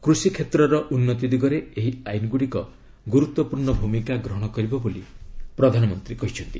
କୃଷିକ୍ଷେତ୍ରର ଉନ୍ନତି ଦିଗରେ ଏହି ଆଇନଗୁଡ଼ିକ ଗୁରୁତ୍ୱପୂର୍ଣ୍ଣ ଭୂମିକା ଗ୍ରହଣ କରିବ ବୋଲି ପ୍ରଧାନମନ୍ତ୍ରୀ କହିଛନ୍ତି